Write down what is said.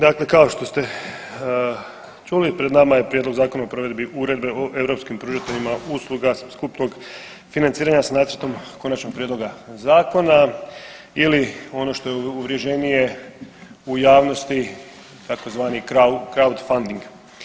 Dakle kao što ste čuli pred nama je Prijedlog zakona o provedbi Uredbe o europskim pružateljima usluga skupnog financiranja s Nacrtom konačnog prijedloga zakona ili ono što je uvrježenije u javnosti, tzv. crowdfunding.